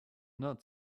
not